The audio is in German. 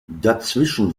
dazwischen